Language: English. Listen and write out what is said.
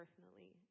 personally